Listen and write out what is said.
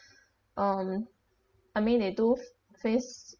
um I mean they do face